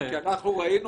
כי אנחנו ראינו